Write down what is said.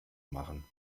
machen